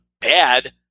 bad